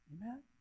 Amen